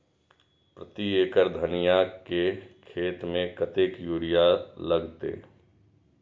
प्रति एकड़ धनिया के खेत में कतेक यूरिया लगते?